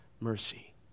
mercy